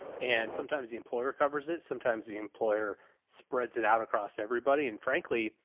and sometimes the employer covers it. sometimes the employer spreads it out across everybody. and frankly,